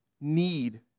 need